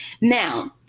Now